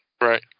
right